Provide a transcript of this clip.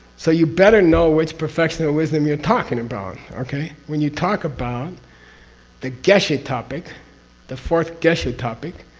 so you better know which perfection of wisdom you're talking about. okay? when you talk about the geshe topic the fourth geshe topic,